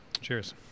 cheers